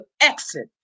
exit